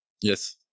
Yes